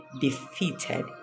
defeated